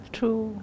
True